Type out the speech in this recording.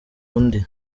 undi